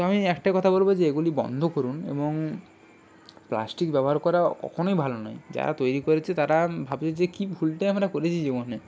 তো আমি একটা কথা বলব যে এগুলি বন্ধ করুন এবং প্লাস্টিক ব্যবহার করা কখনোই ভালো নয় যারা তৈরি করেছে তারা ভাবছে যে কী ভুলটাই আমরা করেছি জীবনে